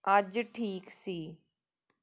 ਅੱਜ ਠੀਕ ਸੀ